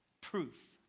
proof